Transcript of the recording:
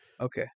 Okay